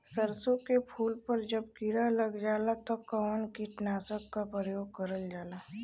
सरसो के फूल पर जब किड़ा लग जाला त कवन कीटनाशक क प्रयोग करल जाला?